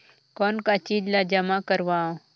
कौन का चीज ला जमा करवाओ?